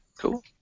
Cool